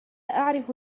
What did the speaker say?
أعرف